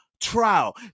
trial